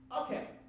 Okay